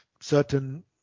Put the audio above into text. certain